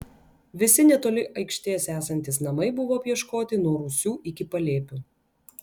visi netoli aikštės esantys namai buvo apieškoti nuo rūsių iki palėpių